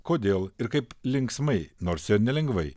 kodėl ir kaip linksmai nors ir nelengvai